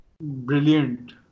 Brilliant